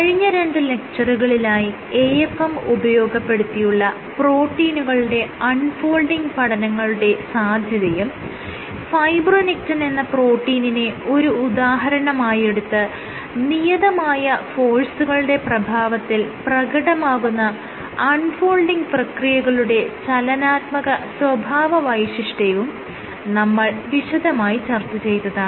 കഴിഞ്ഞ രണ്ട് ലെക്ച്ചറുകളിലായി AFM ഉപയോഗപ്പെടുത്തിയുള്ള പ്രോട്ടീനുകളുടെ അൺ ഫോൾഡിങ് പഠനങ്ങളുടെ സാധ്യതയും ഫൈബ്രോനെക്റ്റിൻ എന്ന പ്രോട്ടീനിനെ ഒരു ഉദാഹരണമായെടുത്ത് നിയതമായ ഫോഴ്സുകളുടെ പ്രഭാവത്തിൽ പ്രകടമാകുന്ന അൺ ഫോൾഡിങ് പ്രക്രിയകളുടെ ചലനാത്മക സ്വഭാവവൈശിഷ്ട്യവും നമ്മൾ വിശദമായി ചർച്ച ചെയ്തതാണ്